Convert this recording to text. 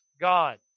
God